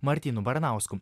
martynu baranausku